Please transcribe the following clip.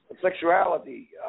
sexuality